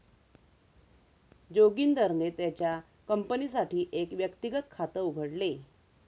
जोगिंदरने त्याच्या कंपनीसाठी एक व्यक्तिगत खात उघडले